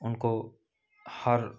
उनको हर